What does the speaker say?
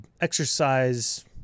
exercise